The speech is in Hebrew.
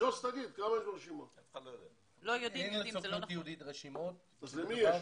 אנחנו סתם פותחים פתח למשיכת זמן.